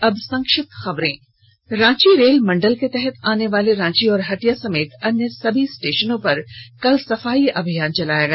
और अब संक्षिप्त खबरें रांची रेल मंडल के तहत आने वाले रांची और हटिया समेत अन्य सभी स्टेशनों पर कल सफाई अभियान चलाया गया